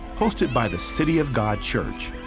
hosted by the city of god church.